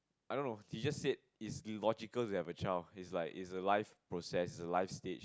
I don't know he just said is logical to have a child is like it's a life process a life stage